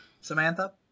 Samantha